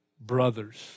brothers